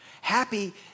happy